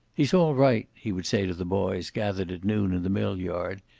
he's all right, he would say to the boys gathered at noon in the mill yard.